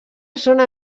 zona